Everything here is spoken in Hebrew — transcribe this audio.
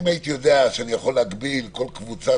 אם הייתי יודע שאני יכול הגביל כל קבוצה